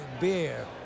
beer